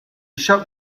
shop